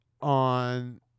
on